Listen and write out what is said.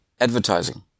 Advertising